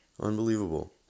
Unbelievable